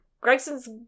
Gregson's